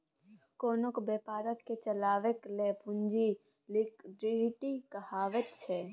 कोनो बेपारकेँ चलेबाक लेल पुंजी लिक्विडिटी कहाबैत छै